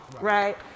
right